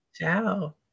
ciao